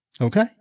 okay